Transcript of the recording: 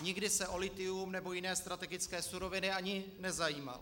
Nikdy se o lithium nebo jiné strategické suroviny ani nezajímal.